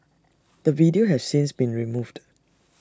the video has since been removed